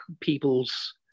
people's